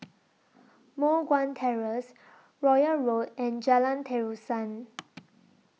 Moh Guan Terrace Royal Road and Jalan Terusan